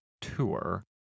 tour